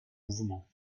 mouvement